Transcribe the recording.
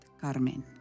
Carmen